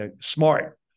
Smart